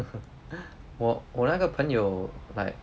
我我那个朋友 like